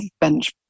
bench